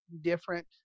different